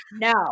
no